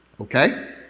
Okay